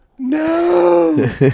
No